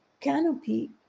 Canopy